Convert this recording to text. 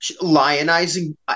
lionizing